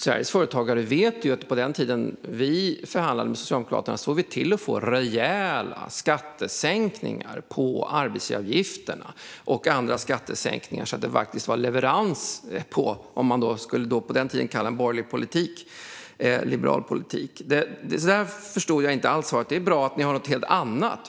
Sveriges företagare vet att vi på den tiden vi förhandlade med Socialdemokraterna såg till att få rejäla skattesänkningar på arbetsgivaravgifterna och annat så att det faktiskt blev leverans av vad man på den tiden skulle kalla borgerlig eller liberal politik. Men där förstod jag inte alls svaret, även om det är bra att ni har något helt annat.